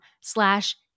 slash